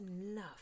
enough